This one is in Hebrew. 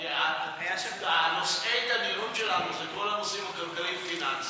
כי נושאי ההתעניינות שלנו זה כל הנושאים הכלכליים-פיננסיים,